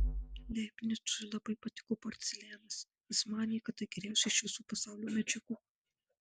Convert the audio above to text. leibnicui labai patiko porcelianas jis manė kad tai geriausia iš visų pasaulio medžiagų